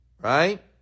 Right